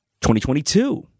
2022